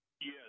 Yes